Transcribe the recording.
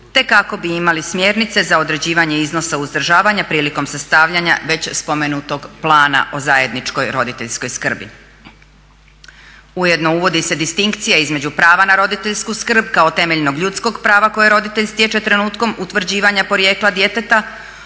te kako bi imali smjernice za određivanje iznosa uzdržavanja prilikom sastavljanja već spomenutog plana o zajedničkoj roditeljskoj skrbi. Ujedno uvodi se distinkcija između prava na roditeljsku skrb kao temeljnog ljudskog prava koje roditelj stječe trenutkom utvrđivanja porijekla djeteta